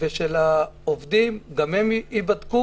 ושל העובדים, גם הם ייבדקו,